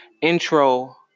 intro